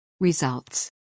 Results